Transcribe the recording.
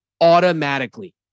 automatically